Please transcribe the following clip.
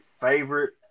favorite